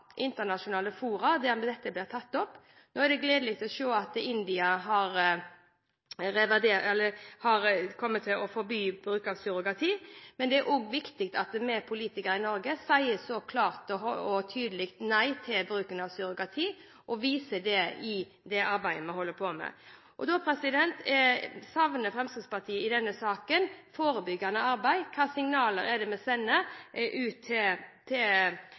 internasjonale fora der dette blir tatt opp. Det er gledelig å se at India kommer til å forby bruk av surrogati, men det er også viktig at vi politikere i Norge sier klart og tydelig nei til bruken av surrogati og viser det i arbeidet vi holder på med. Fremskrittspartiet savner i denne saken forebyggende arbeid. Hvilke signaler sender vi til par om hvorvidt vi tillater surrogati eller ikke? Når det ikke er noen straffereaksjon, er det enkelt å si at vi